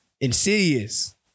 Insidious